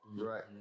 Right